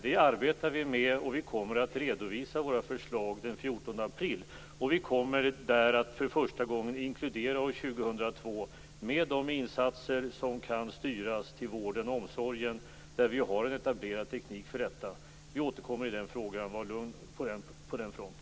Den arbetar vi med, och vi kommer att redovisa våra förslag den 14 april. Vi kommer där att för första gången inkludera år 2002 när det gäller de insatser som kan styras till vården och omsorgen. Vi har en etablerad teknik för detta. Vi återkommer i frågan - var lugn på den punkten.